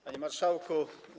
Panie Marszałku!